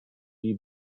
die